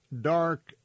dark